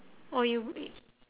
or you